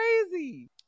Crazy